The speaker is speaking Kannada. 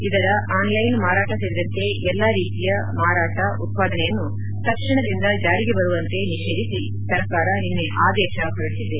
ಇದರ ಆನ್ಲೈನ್ ಮಾರಾಟ ಸೇರಿದಂತೆ ಎಲ್ಲಾ ರೀತಿಯ ಮಾರಾಟ ಉತ್ಪಾದನೆಯನ್ನು ತಕ್ಷಣದಿಂದ ಜಾರಿಗೆ ಬರುವಂತೆ ನಿಷೇಧಿಸಿ ಸರ್ಕಾರ ನಿನ್ನೆ ಆದೇಶ ಹೊರಡಿಸಿದೆ